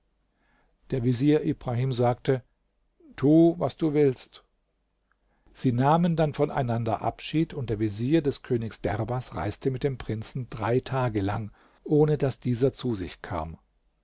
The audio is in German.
der vezier ibrahim sagte tu was du willst sie nahmen dann voneinander abschied und der vezier des königs derbas reiste mit dem prinzen drei tage lang ohne daß dieser zu sich kam